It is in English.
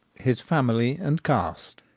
his family and caste.